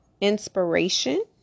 Inspiration